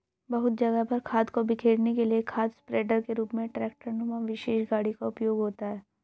बहुत जगह पर खाद को बिखेरने के लिए खाद स्प्रेडर के रूप में ट्रेक्टर नुमा विशेष गाड़ी का उपयोग होता है